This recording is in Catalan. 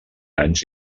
anys